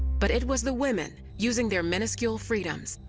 but it was the women, using their miniscule freedoms,